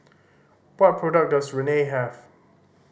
what products does Rene have